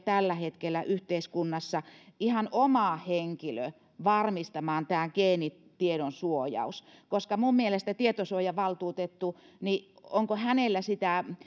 tällä hetkellä yhteiskunnassa ihan oma henkilö varmistamaan tämä geenitiedon suojaus koska minun mielestäni tietosuojavaltuutettu onko hänellä sitä